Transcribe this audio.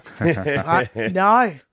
No